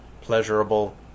pleasurable